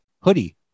hoodie